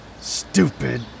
Stupid